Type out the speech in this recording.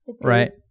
right